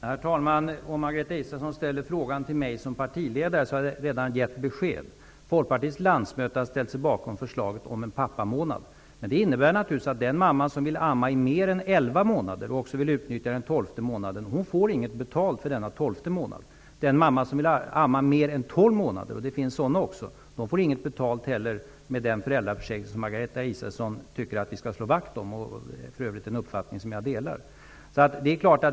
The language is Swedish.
Herr talman! Om Margareta Israelsson ställer frågan till mig såsom partiledare, har jag redan givit besked. Folkpartiets landsmöte har ställt sig bakom förslaget om en pappamånad. Men det innebär naturligtvis att den mamma som vill amma i mer än elva månader och vill utnyttja även den tolfte månaden inte får betalt för denna tolfte månad. och det finns också sådana -- får inte heller betalt med den föräldraförsäkring som Margareta Israelsson tycker att vi skall slå vakt om, för övrigt en uppfattning som jag delar.